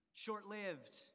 short-lived